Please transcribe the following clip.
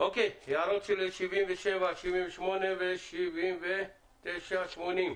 הערות לסעיף 77, 78, 79 ו-80.